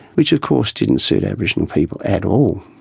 which, of course, didn't suit aboriginal people at all.